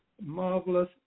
marvelous